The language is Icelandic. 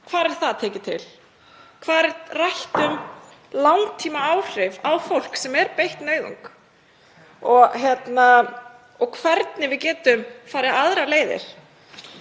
Hvar er það tekið til? Hvar er rætt um langtímaáhrif á fólk sem er beitt nauðung og hvernig við getum farið aðrar leiðir?